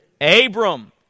Abram